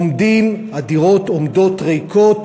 הדירות עומדות ריקות,